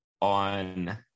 on